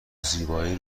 زیبایی